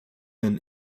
been